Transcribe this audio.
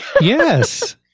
Yes